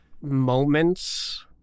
moments